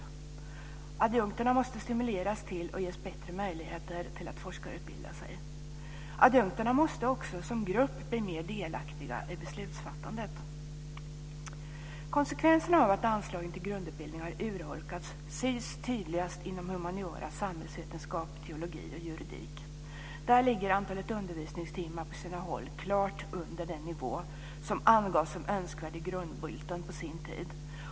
Adjunkterna måste stimuleras till och ges bättre möjligheter att forskarutbilda sig. Adjunkterna måste också som grupp bli mer delaktiga i beslutsfattandet. Konsekvenserna av att anslagen till grundutbildningar urholkats syns tydligast inom humaniora, samhällsvetenskap, teologi och juridik. Där ligger antalet undervisningstimmar på sina håll klart under den nivå som angavs som önskvärd i Grundbulten på sin tid.